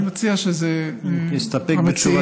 להסתפק בתשובתו?